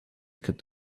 could